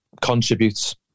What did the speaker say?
contributes